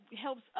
helps